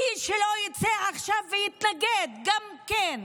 מי שלא יצא עכשיו ויתנגד גם כן,